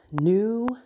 new